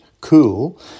cool